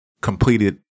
completed